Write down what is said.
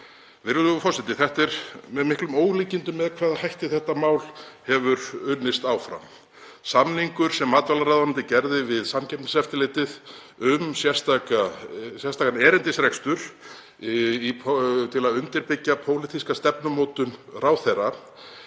Virðulegur forseti. Það er með miklum ólíkindum með hvaða hætti þetta mál hefur unnist áfram. Samningur sem matvælaráðuneytið gerði við Samkeppniseftirlitið um sérstakan erindisrekstur til að undirbyggja pólitíska stefnumótun ráðherra